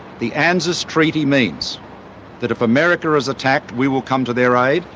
the anzus treaty means that if america is attacked we will come to their aid,